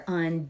on